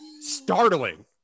Startling